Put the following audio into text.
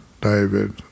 David